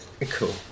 cool